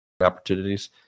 opportunities